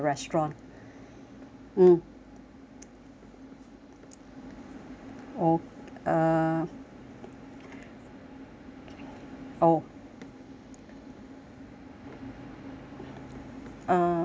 mm o~ uh oh um